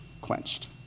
quenched